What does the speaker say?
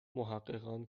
محققان